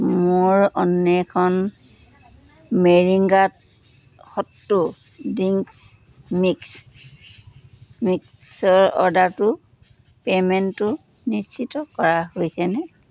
মোৰ অন্বেষণ মেৰিংগাত সট্টু ড্ৰিংকছ মিক্স মিক্সৰ অৰ্ডাৰটোৰ পে'মেণ্টটো নিশ্চিত কৰা হৈছেনে